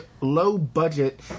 low-budget